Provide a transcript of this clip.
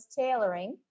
tailoring